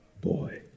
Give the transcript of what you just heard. boy